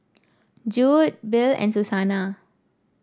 Jude Bill and Susana